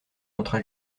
entra